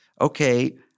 okay